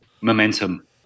momentum